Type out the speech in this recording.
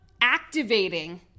activating